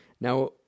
now